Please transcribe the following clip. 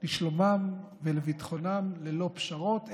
לשלומם ולביטחונם ללא פשרות.